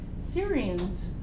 Syrians